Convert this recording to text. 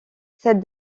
cette